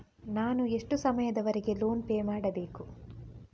ನಾನು ಎಷ್ಟು ಸಮಯದವರೆಗೆ ಲೋನ್ ಪೇ ಮಾಡಬೇಕು?